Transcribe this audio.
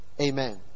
Amen